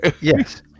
Yes